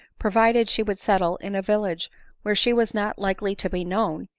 provided she would settle in a village where she was not likely to be known,